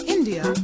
India